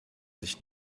sich